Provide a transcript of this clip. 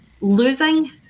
losing